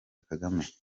kagame